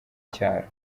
cyaro